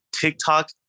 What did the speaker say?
TikTok